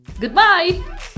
Goodbye